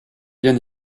bien